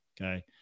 okay